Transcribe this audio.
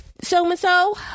so-and-so